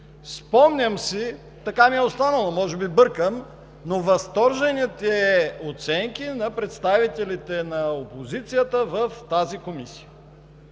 Спомням си, така ми е останало, възторжените оценки на представителите на опозицията в тази комисия.